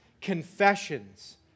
confessions